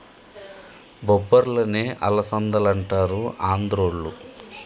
బొబ్బర్లనే అలసందలంటారు ఆంద్రోళ్ళు